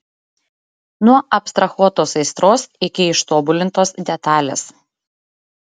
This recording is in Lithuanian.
nuo abstrahuotos aistros iki ištobulintos detalės